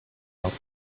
out